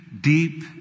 deep